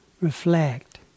reflect